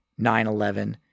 9-11